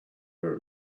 where